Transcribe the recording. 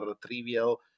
trivial